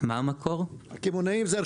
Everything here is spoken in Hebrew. איפה המקור לנתון?